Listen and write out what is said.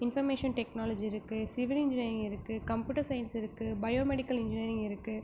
information technology இருக்குது civil engineering இருக்குது computer science இருக்குது பயோமெடிக்கல் இன்ஜினியரிங் இருக்குது